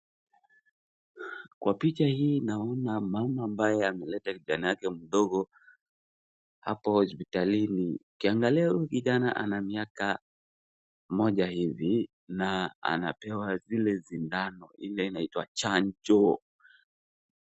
Mama ambaye ameleta kijana yake mdogo hapa hospitalini. Huyu kijana ana miaka moja hivi na anapewa zile sindano ile inaitwa chanjo.